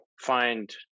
find